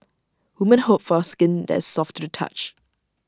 women hope for skin that is soft to the touch